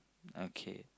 okay